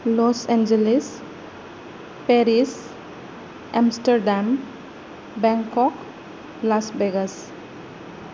loss Angeles Paris Amsterdam Bangkok Las Vegas